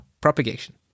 propagation